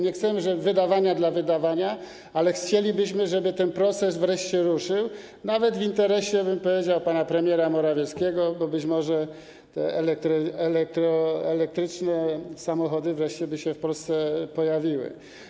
Nie chcemy wydawania dla wydawania, ale chcielibyśmy, żeby ten proces wreszcie ruszył, nawet w interesie, powiedziałbym, pana premiera Morawieckiego, bo być może te elektryczne samochody wreszcie by się w Polsce pojawiły.